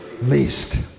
least